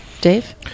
Dave